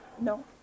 No